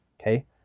Okay